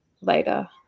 later